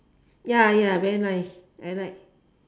ya ya very nice I like